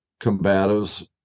combatives